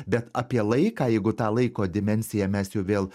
bet apie laiką jeigu tą laiko dimensiją mes jau vėl